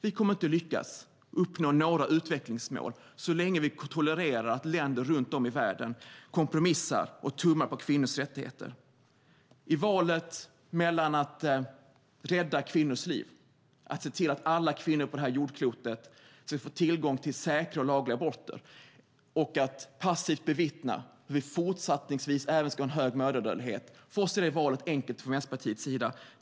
Vi kommer inte att lyckas uppnå några utvecklingsmål så länge vi tolererar att länder runt om i världen kompromissar om och tummar på kvinnors rättigheter. Valet mellan att rädda kvinnors liv, att se till att alla kvinnor på det här jordklotet ska få tillgång till säkra och lagliga aborter, och att passivt bevittna hur vi även fortsättningsvis ska ha en hög mödradödlighet är enkelt för oss i Vänsterpartiet.